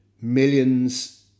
millions